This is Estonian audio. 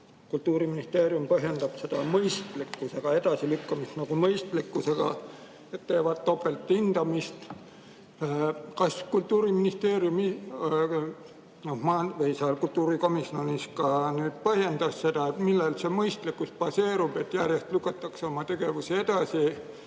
Kultuuriministeerium põhjendab seda edasilükkamist mõistlikkusega. Nad teevad topelthindamist. Kas Kultuuriministeerium kultuurikomisjonis ka põhjendas seda, millel see mõistlikkus baseerub, kui järjest lükatakse oma tegevusi edasi?